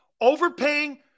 Overpaying